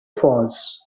faults